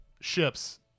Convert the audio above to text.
ships